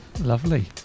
Lovely